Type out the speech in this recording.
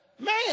man